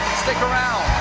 stick around.